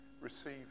Receive